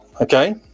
okay